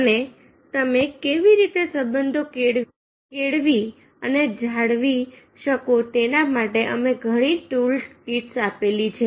અને તમે કેવી રીતે સંબંધો કેળવી અને જાળવી શકો તેના માટે અમે ઘણી ટૂલ કિટ્સ આપેલી છે